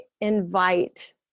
invite